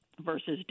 versus